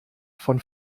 von